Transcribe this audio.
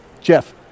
Jeff